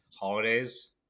holidays